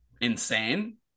insane